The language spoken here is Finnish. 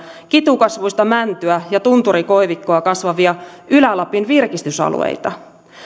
kitukasvuista mäntyä ja tunturikoivikkoa kasvavia ylä lapin virkistysalueita